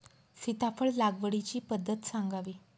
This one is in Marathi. सीताफळ लागवडीची पद्धत सांगावी?